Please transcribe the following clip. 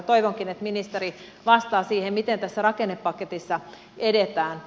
toivonkin että ministeri vastaa siihen miten tässä rakennepaketissa edetään